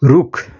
रुख